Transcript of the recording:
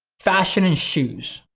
fashion and shoes,